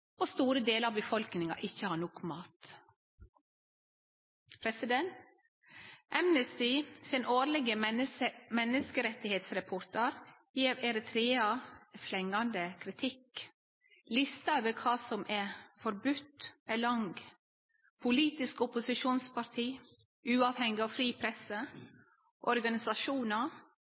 og store delar av befolkninga ikkje har nok mat. Amnesty sin årlege menneskerettsrapport gjev Eritrea flengjande kritikk. Lista over kva som er forbode, er lang: politiske opposisjonsparti, uavhengig og fri presse, organisasjonar. Motsett er militærteneste påbode, og